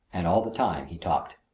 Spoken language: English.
and all the time he talked.